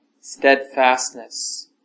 steadfastness